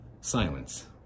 Silence